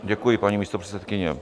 Děkuji, paní místopředsedkyně.